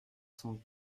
cent